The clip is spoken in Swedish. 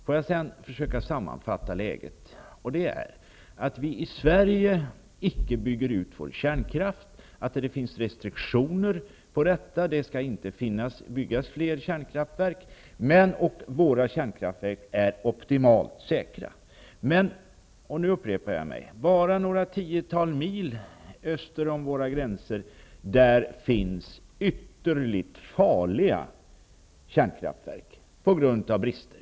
Låt mig sedan försöka sammanfatta läget: I Sverige bygger vi icke ut vår kärnkraft -- det finns restriktioner för detta; det skall inte byggas fler kärnkraftverk -- trots att våra kärnkraftverk är optimalt säkra. Men -- och nu upprepar jag mig -- bara några tiotal mil öster om våra gränser finns kärnkraftverk som är ytterligt farliga på grund av brister.